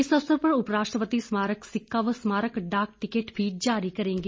इस अवसर पर उप राष्ट्रपति स्मारक सिक्का व स्मारक डाक टिकट भी जारी करेंगे